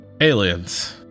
aliens